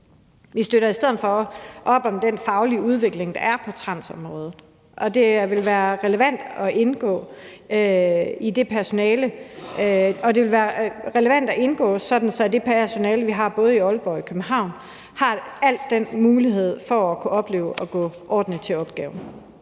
Vi støtter i stedet for op om den faglige udvikling, der er på transområdet, og det vil være relevant at lade det personale, vi har både i Aalborg og i København, indgå i det, så de har mulighed for at opleve at gå ordentligt til opgaven.